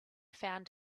found